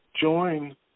join